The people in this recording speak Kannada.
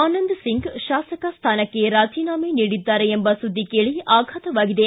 ಆನಂದ್ ಸಿಂಗ್ ಶಾಸಕ ಸ್ಟಾನಕ್ಕೆ ರಾಜೀನಾಮೆ ನೀಡಿದ್ದಾರೆ ಎಂಬ ಸುದ್ದಿ ಕೇಳ ಆಘಾತವಾಗಿದೆ